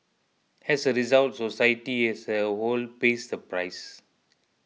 as a result society as a whole pays the price